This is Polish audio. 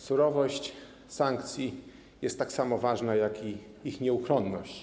Surowość sankcji jest tak samo ważna jak ich nieuchronność.